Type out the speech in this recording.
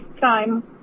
time